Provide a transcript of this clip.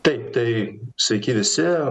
taip tai sveiki visi